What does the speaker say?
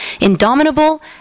Indomitable